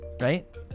right